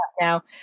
now